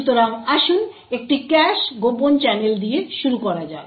সুতরাং আসুন একটি ক্যাশ কোভার্ট চ্যানেল দিয়ে শুরু করা যাক